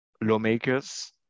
lawmakers